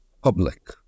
public